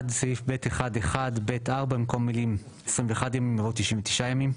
בסעיף 1(ב1)(1)(ב)(4) במקום המילים '21 ימים' יבוא '99 ימים'.